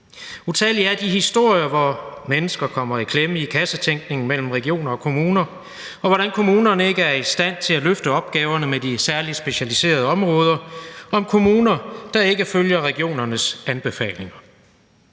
Utallige er de historier, hvor mennesker kommer i klemme i kassetænkning mellem regioner og kommuner, og om, hvordan kommunerne ikke er i stand til at løfte opgaverne med de særligt specialiserede områder, og om kommuner, der ikke følger regionernes anbefalinger.